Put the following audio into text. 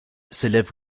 s’élève